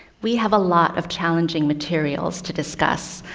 we have a lot of challenging materials to discuss,